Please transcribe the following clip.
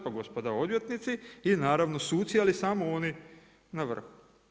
Pa gospoda odvjetnici i naravno suci ali samo oni na vrhu.